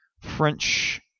French